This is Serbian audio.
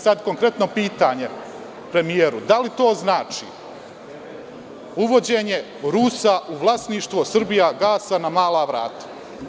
Sad konkretno pitanje premijeru – da li to znači uvođenje Rusa u vlasništvo „Srbijagasa“ na mala vrata?